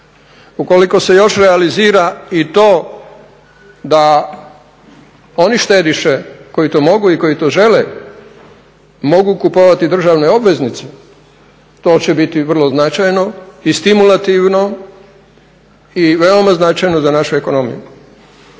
Ukoliko se još realizira i to da oni štediše koji to mogu i koji to žele mogu kupovati državne obveznice to će biti vrlo značajno i stimulativno i veoma značajno za našu ekonomiju.